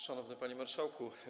Szanowny Panie Marszałku!